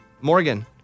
Morgan